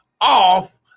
off